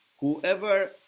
whoever